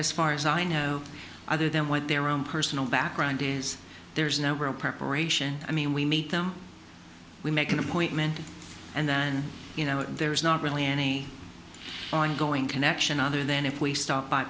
as far as i know other than what their own personal background days there's no real preparation i mean we meet them we make an appointment and then you know there's not really any ongoing connection other than if we stop